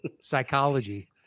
psychology